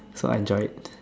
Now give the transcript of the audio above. so I enjoy it